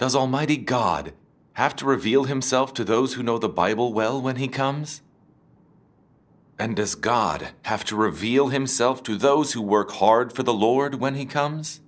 does almighty god have to reveal himself to those who know the bible well when he comes and does god have to reveal himself to those who work hard for the lord when he comes